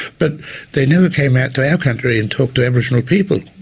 but they never came out to our country and talked to aboriginal people.